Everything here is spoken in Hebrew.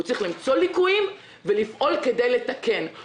הוא צריך למצוא ליקויים, ולפעול כדי לתקן.